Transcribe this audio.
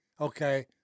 okay